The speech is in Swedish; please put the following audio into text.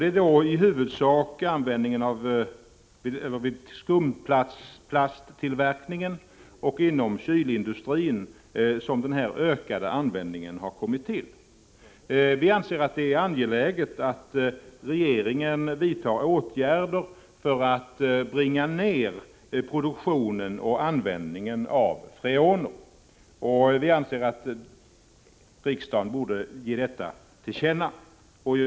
Det är i huvudsak vid skumplasttillverkningen och inom kylindustrin som denna ökade användning har kommit till. Vi anser att det är angeläget att regeringen vidtar åtgärder för att bringa ner produktionen och användningen av freoner och att riksdagen borde ge detta till känna.